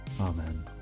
Amen